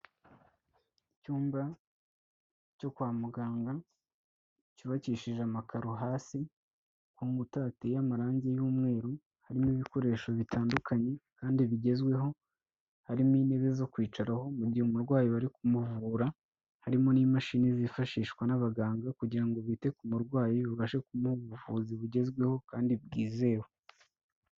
Icyumba cyo kwa muganga cyubakishije amakaro hasi, ku nkuta hateye amarangi y'umweru harimo ibikoresho bitandukanye kandi bigezweho, harimo intebe zo kwicaraho mu gihe umurwayi bari kumuvura, harimo n'imashini zifashishwa n'abaganga kugira ngo bite ku murwayi babashe kumuha ubuvuzi bugezweho kandi bwizewe.